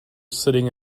sitting